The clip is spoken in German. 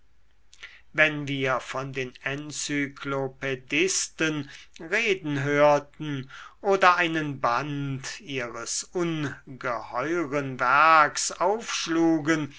wenn wir von den enzyklopädisten reden hörten oder einen band ihres ungeheuren werks aufschlugen